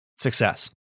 success